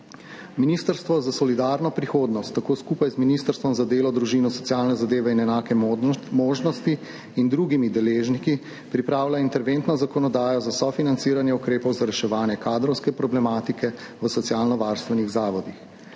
Ministrstvo za solidarno prihodnost tako skupaj z Ministrstvom za delo, družino, socialne zadeve in enake možnosti in drugimi deležniki pripravlja interventno zakonodajo za sofinanciranje ukrepov za reševanje kadrovske problematike v socialnovarstvenih zavodih.